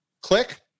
click